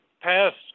passed